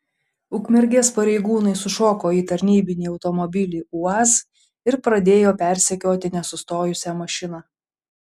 ukmergės pareigūnai sušoko į tarnybinį automobilį uaz ir pradėjo persekioti nesustojusią mašiną